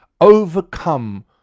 overcome